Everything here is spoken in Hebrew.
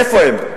איפה הם?